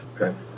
Okay